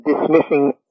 dismissing